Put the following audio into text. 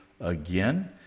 again